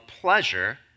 pleasure